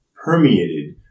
permeated